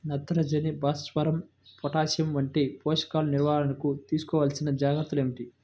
నత్రజని, భాస్వరం, పొటాష్ వంటి పోషకాల నిర్వహణకు తీసుకోవలసిన జాగ్రత్తలు ఏమిటీ?